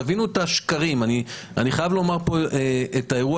תבינו את השקרים: אני חייב לומר פה את האירוע